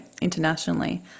internationally